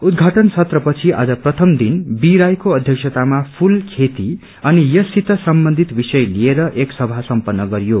उद्घाटन सत्रपछि आज प्रथम दिन बी राईको अध्यक्षतामा फूल खेती अनि यससित सम्बन्धित विषय लिएर एक सभा सम्पत्र गरियो